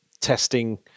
testing